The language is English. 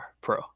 pro